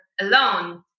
alone